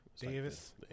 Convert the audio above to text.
Davis